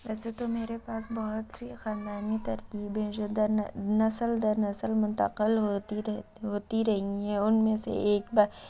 ویسے تو میرے پاس بہت سی خاندانی ترکیبیں جو در نسل در نسل منتقل ہوتی رہتی ہوتی رہی ہیں ان میں سے ایک